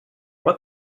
what